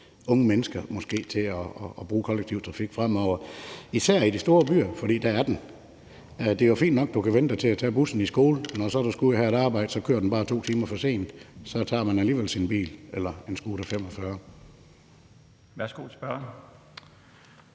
unge mennesker til at bruge kollektiv trafik fremover. Det gælder især i de store byer, for der er den. Det er jo fint nok, at du kan vænne dig til at tage bussen i skole, men når du så skal ud at have et arbejde, kører den bare to timer for sent, og så tager man alligevel sin bil eller en scooter 45. Kl. 17:32 Den